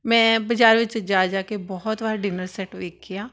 ਮੈਂ ਬਜ਼ਾਰ ਵਿੱਚ ਜਾ ਜਾ ਕੇ ਬਹੁਤ ਵਾਰ ਡਿਨਰ ਸੈੱਟ ਵੇਖੇ ਆ